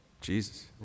Jesus